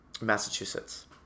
Massachusetts